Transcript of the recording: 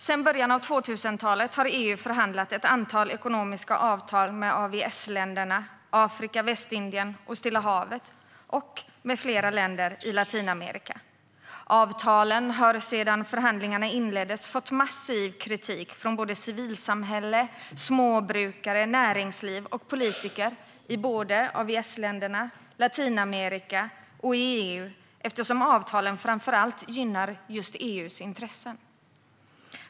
Sedan början av 2000-talet har EU förhandlat ett antal ekonomiska avtal med AVS-länderna - Afrika, Västindien, Stilla havet - och med flera länder i Latinamerika. Avtalen har sedan förhandlingarna inleddes fått massiv kritik från civilsamhälle, småbrukare, näringsliv och politiker både i AVS-länderna, Latinamerika och EU eftersom avtalen framför allt gynnar EU:s intressen.